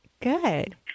Good